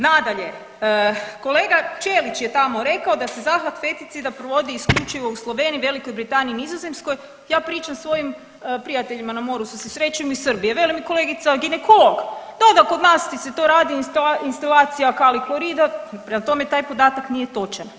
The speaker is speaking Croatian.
Nadalje, kolega Ćelić je tamo rekao da se zahvat feticida provodi isključivo u Sloveniji, Velikoj Britaniji, Nizozemskoj, ja pričam svojim prijateljima na moru se susrećem iz Srbije, veli mi kolegica ginekolog da da kod nas ti to radi instalacija kalijklorida, prema tome taj podatak nije točan.